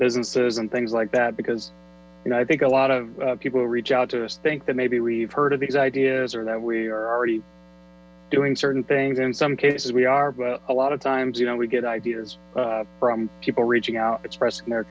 businesses and things like that because you know i think a lot of people reach out to us think that maybe we've heard of these ideas that we are already doing certain things in some cases we are but a lot of times you know we get ideas from people reaching out expressing their